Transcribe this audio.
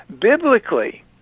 biblically